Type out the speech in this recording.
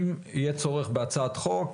אם יהיה צורך בהצעת חוק,